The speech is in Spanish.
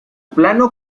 plano